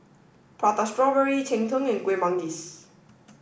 Prata Strawberry Cheng Tng and Kueh Manggis